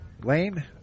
Lane